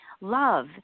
love